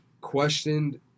questioned